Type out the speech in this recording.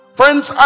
friends